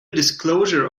disclosure